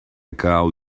call